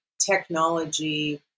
technology